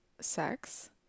sex